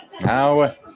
Now